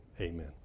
Amen